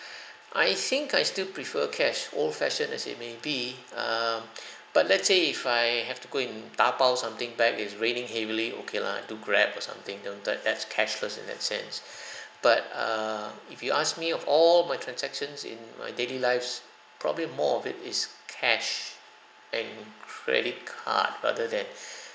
I think I still prefer cash old-fashioned as it may be um but let's say if I have to go and tapao something back it's raining heavily okay lah do grab or something that one that's cashless in that sense but err if you ask me of all my transactions in my daily lives probably more of it is cash and credit card rather than